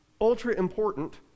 ultra-important